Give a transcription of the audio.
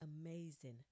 amazing